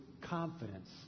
confidence